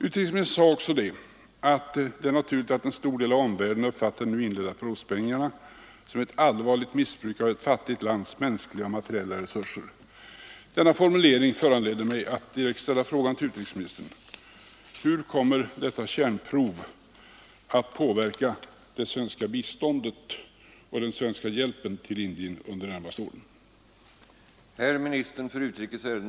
Utrikesministern sade också: ”Det är naturligt, att en stor del av omvärlden uppfattar de nu inledda provsprängningarna som ett allvarligt missbruk av ett fattigt lands mänskliga och materiella resurser.” Denna formulering föranleder mig att direkt ställa frågan till utrikesministern: Hur kommer detta kärnprov att påverka det svenska biståndet och den svenska hjälpen till Indien under de närmaste åren?